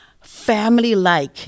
family-like